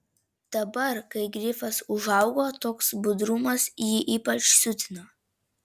dabar kai grifas užaugo toks budrumas jį ypač siutino